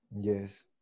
Yes